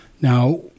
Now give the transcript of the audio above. Now